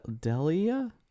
Delia